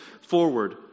forward